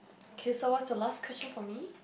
K so what's your last question for me